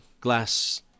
glass